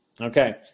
Okay